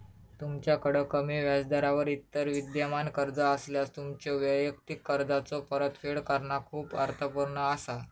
तुमच्याकड कमी व्याजदरावर इतर विद्यमान कर्जा असल्यास, तुमच्यो वैयक्तिक कर्जाचो परतफेड करणा खूप अर्थपूर्ण असा